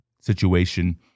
situation